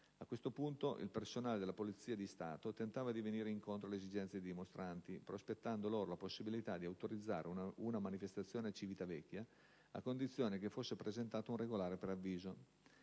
A questo punto, il personale della Polizia di Stato tentava di venire incontro alle esigenze dei dimostranti, prospettando loro la possibilità di autorizzare una manifestazione a Civitavecchia, a condizione che fosse presentato un regolare preavviso.